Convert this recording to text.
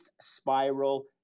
spiral